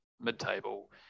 mid-table